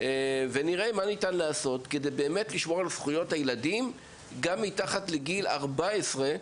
ונראה מה ניתן לעשות כדי לשמור על זכויות הילדים גם מתחת לגיל 14,